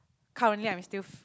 currently I'm still